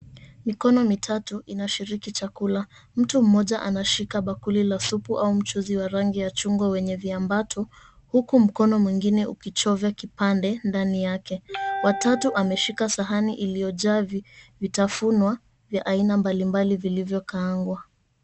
Mikono mitatu inashiriki chakula. Mtu mmoja anashika bakuli la supu au mchuzi wa rangi ya chungwa wenye vyambata huku mkono mwingine ukichovya kipande ndani yake. Wa tatu ameshika sahani iliyojaa vitafunwa vya aina mbalimbali vilivyokaangwa.